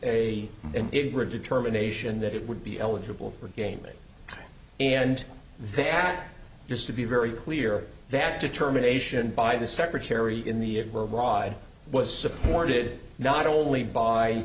a determination that it would be eligible for gaming and that used to be very clear that determination by the secretary in the it world wide was supported not only by